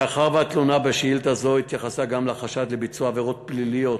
מאחר שהתלונה בשאילתה זו התייחסה גם לחשד לביצוע עבירות פליליות